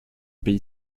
pays